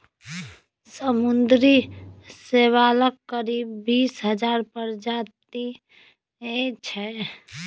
समुद्री शैवालक करीब बीस हजार प्रजाति छै